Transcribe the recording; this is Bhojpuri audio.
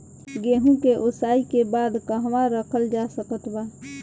गेहूँ के ओसाई के बाद कहवा रखल जा सकत बा?